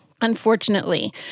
Unfortunately